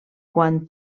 quan